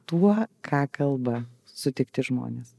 tuo ką kalba sutikti žmonės